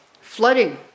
flooding